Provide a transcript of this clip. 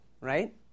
right